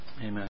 Amen